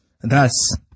Thus